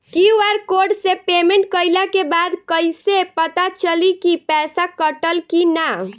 QR code से payment कईला के बाद कईसे पता चली की पैसा कटल की ना?